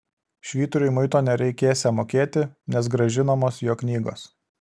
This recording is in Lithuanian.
švyturiui muito nereikėsią mokėti nes grąžinamos jo knygos